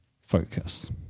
focus